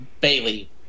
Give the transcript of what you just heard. Bailey